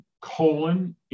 colon